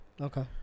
Okay